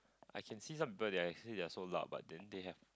I can see some birds they they are so loud but then they have